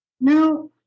Now